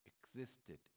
existed